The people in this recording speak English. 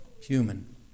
human